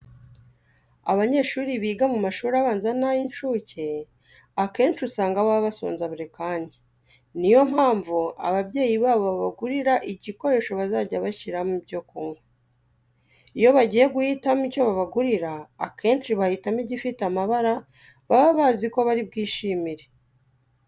Abanyeshuri biga mu mashuri abanza n'ay'incuke akenshi usanga baba basonza buri kanya. Ni yo mpamvu ababyeyi babo babagurira igikoresho bazajya bashyiramo ibyo kunywa. Iyo bagiye guhitamo icyo babagurira, akenshi bahitamo igifite amabara baba bazi ko bari bwishimire.